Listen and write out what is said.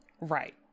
Right